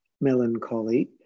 melancholy